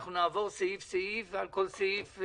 אנחנו נעבור סעיף-סעיף ועל כל סעיף.